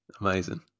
Amazing